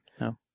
No